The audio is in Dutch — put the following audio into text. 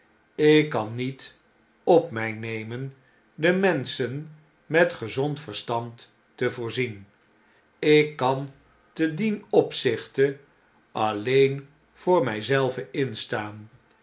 ik kan niet op mij nemen de menschen met gezond verstand te voorzien ik kan te dien opzichte alleen voor my zelven instaan